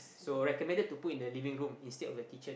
so recommended to put in the living room instead of the kitchen